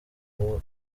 uwo